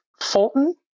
Fulton